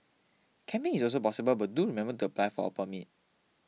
camping is also possible but do remember to apply for a permit